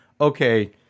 okay